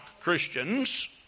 Christians